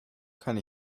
kann